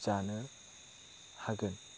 जानो हागोन